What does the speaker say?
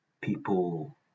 people